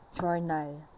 journal